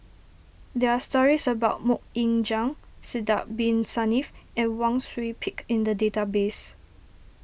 there are stories about Mok Ying Jang Sidek Bin Saniff and Wang Sui Pick in the database